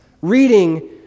reading